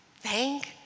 Thank